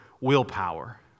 willpower